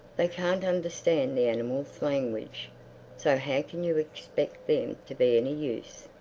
they can't understand the animals' language so how can you expect them to be any use?